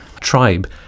tribe